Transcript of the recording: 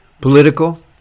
Political